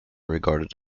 regarded